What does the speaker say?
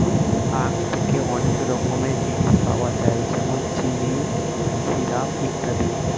আখ থেকে অনেক রকমের জিনিস পাওয়া যায় যেমন চিনি, সিরাপ ইত্যাদি